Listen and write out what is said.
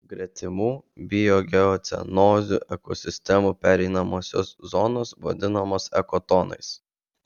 gretimų biogeocenozių ekosistemų pereinamosios zonos vadinamos ekotonais